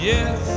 Yes